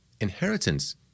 Inheritance